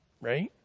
right